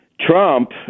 Trump